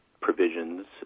provisions